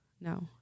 No